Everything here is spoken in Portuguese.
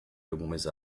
algumas